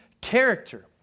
character